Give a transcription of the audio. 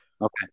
Okay